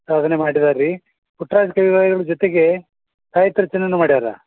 ಸಾಧನೆ ಮಾಡಿದಾರೆ ರೀ ಪುಟ್ರಾಜ ಗವಾಯಿಗಳ್ ಜೊತೆಗೆ ಸಾಹಿತ್ಯ ರಚನೆನೂ ಮಾಡ್ಯಾರೆ